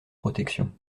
protection